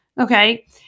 okay